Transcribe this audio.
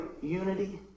unity